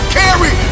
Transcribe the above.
carry